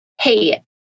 hey